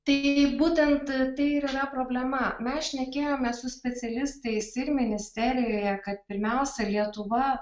tai būtent tai ir yra problema mes šnekėjome su specialistais ir ministerijoje kad pirmiausia lietuva